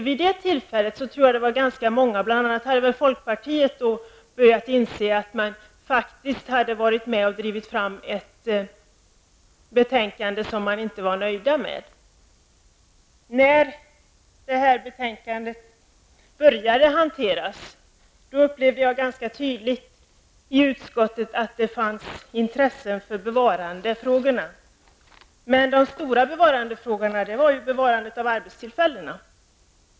Vid det tillfället var det ganska många, bl.a. folkpartisterna, som hade börjat inse att man faktiskt drivit fram ett betänkande som man inte var så nöjd med. När utskottet började hantera ärendet upplevde jag ganska tydligt i utskottet att det fanns intresse för bevarandefrågorna. Den stora bevarandefrågan var bevarandet av arbetstillfällena.